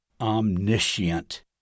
omniscient